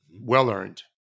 Well-earned